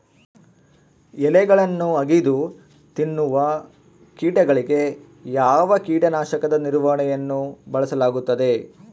ಎಲೆಗಳನ್ನು ಅಗಿದು ತಿನ್ನುವ ಕೇಟಗಳಿಗೆ ಯಾವ ಕೇಟನಾಶಕದ ನಿರ್ವಹಣೆಯನ್ನು ಬಳಸಲಾಗುತ್ತದೆ?